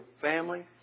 family